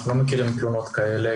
אנחנו לא מכירים תלונות כאלה.